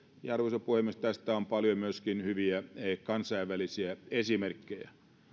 ja arvoisa puhemies tästä on paljon myöskin hyviä kansainvälisiä esimerkkejä